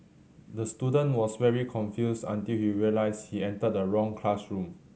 the student was very confused until he realised he entered the wrong classroom